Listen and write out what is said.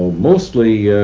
ah mostly